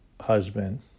husband